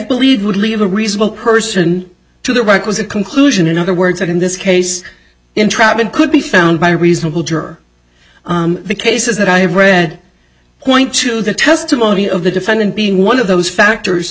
believed would leave a reasonable person to the bike was a conclusion in other words that in this case entrapment could be found by reasonable juror the cases that i have read point to the testimony of the defendant being one of those factors